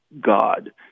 God